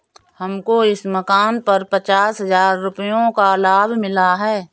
हमको इस मकान पर पचास हजार रुपयों का लाभ मिला है